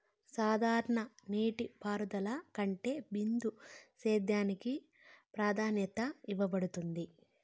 సాధారణ నీటిపారుదల కంటే బిందు సేద్యానికి ప్రాధాన్యత ఇవ్వబడుతుంది